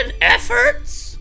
efforts